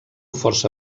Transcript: força